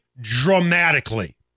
dramatically